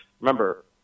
Remember